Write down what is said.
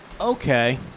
Okay